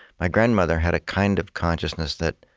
my grandmother had a kind of consciousness that,